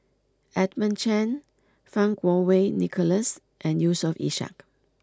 Edmund Chen Fang Kuo Wei Nicholas and Yusof Ishak